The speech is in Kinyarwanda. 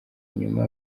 inyuma